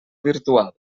virtual